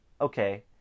okay